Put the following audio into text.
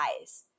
eyes